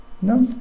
No